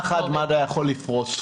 בשנייה אחת מד"א יכול לפרוס.